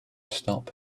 stop